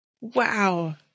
Wow